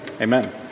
Amen